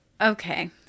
Okay